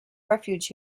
refuge